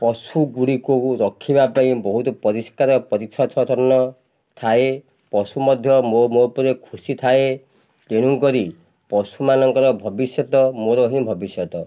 ପଶୁଗୁଡ଼ିକୁ ରଖିବା ପାଇଁ ବହୁତ ପରିଷ୍କାର ପରିଚ୍ଛନ୍ନ ଥାଏ ପଶୁ ମଧ୍ୟ ମୋ ମୋ ଉପରେ ଖୁସି ଥାଏ ତେଣୁକରି ପଶୁମାନଙ୍କର ଭବିଷ୍ୟତ ମୋର ହିଁ ଭବିଷ୍ୟତ